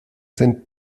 sind